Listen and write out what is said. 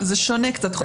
זה שונה קצת.